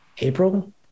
April